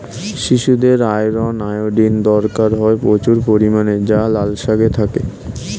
শিশুদের iron, iodine দরকার হয় প্রচুর পরিমাণে যা লাল শাকে থাকে